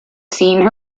seen